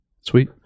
Sweet